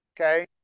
Okay